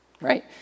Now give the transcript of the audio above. right